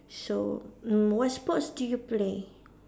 so mm what sports do you play